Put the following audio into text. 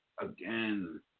again